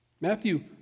Matthew